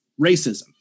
racism